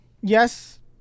yes